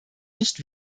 nicht